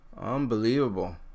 unbelievable